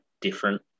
different